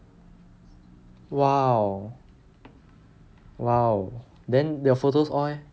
!wow! !wow! then the photos all eh